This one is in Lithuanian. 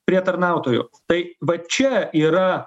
prie tarnautojų tai va čia yra